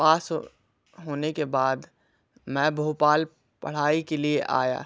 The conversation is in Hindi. पास होने के बाद मैं भोपाल पढ़ाई के लिए आया